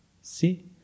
See